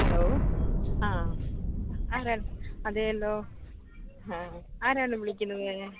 hello ആ ആരായിരുന്നു അതേലോ ആ ആരാണ് വിളിക്കുന്നത്